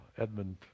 Edmund